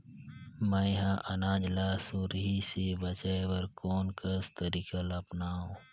मैं ह अनाज ला सुरही से बचाये बर कोन कस तरीका ला अपनाव?